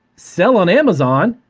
sell on amazon,